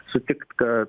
sutikt kad